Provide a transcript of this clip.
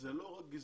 זה לא רק גזענות,